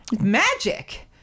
Magic